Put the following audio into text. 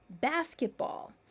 basketball